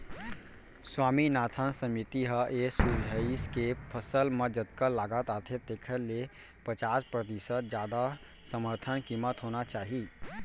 स्वामीनाथन समिति ह ए सुझाइस के फसल म जतका लागत आथे तेखर ले पचास परतिसत जादा समरथन कीमत होना चाही